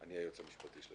אני היועץ המשפטי.